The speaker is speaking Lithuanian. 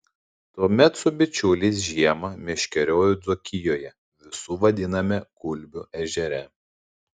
tuomet su bičiuliais žiemą meškeriojau dzūkijoje visų vadinamame gulbių ežere